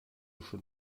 schon